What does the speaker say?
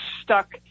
stuck